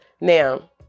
Now